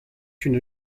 une